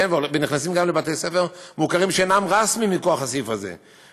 ונכנסים גם לבתי-ספר מוכרים שאינם רשמים מכוח הסעיף הזה,